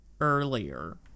earlier